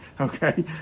Okay